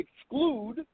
exclude